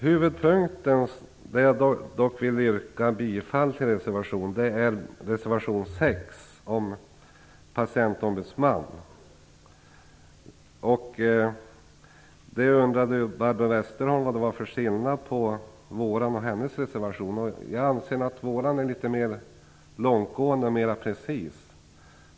Huvudpunkten, där jag vill framföra ett yrkande, är reservation nr 6 om patientombudsman. Barbro Westerholm undrade vad det är för skillnad mellan vår och hennes reservation. Jag anser att vår är mera långtgående och precis.